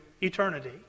eternity